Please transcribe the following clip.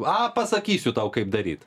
a pasakysiu tau kaip daryt